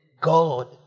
God